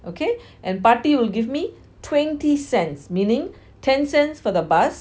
okay and paati will give me twenty cents meaning ten cents for the bus